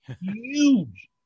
huge